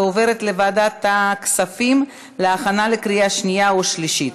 ועוברת לוועדת הכספים להכנה לקריאה שנייה ושלישית.